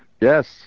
Yes